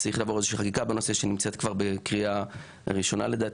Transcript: זה צריך לעבור איזה שהיא חקיקה בנושא שנמצאת כבר בקריאה ראשונה לדעתי,